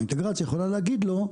האינטגרציה יכולה להגיד לו,